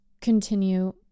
continue